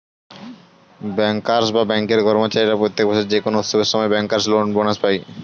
bankers বা ব্যাঙ্কের কর্মচারীরা প্রত্যেক বছর যে কোনো উৎসবের সময় ব্যাংকার্স বোনাস পায়